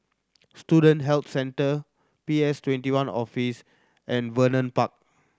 Student Health Centre P S Twenty one Office and Vernon Park